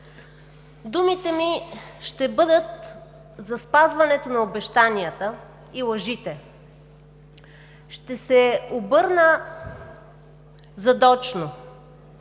Думите ми ще бъдат за спазването на обещанията и лъжите. Ще се обърна задочно